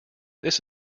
this